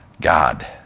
God